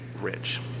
rich